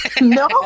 No